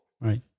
Right